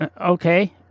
Okay